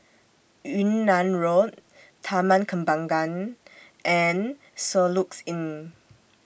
Yunnan Road Taman Kembangan and Soluxe Inn